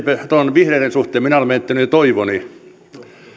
vihreiden suhteen minä olen menettänyt jo toivoni